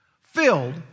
filled